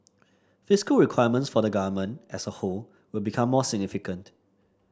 fiscal requirements for the Government as a whole will become more significant